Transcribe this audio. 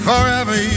Forever